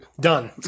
Done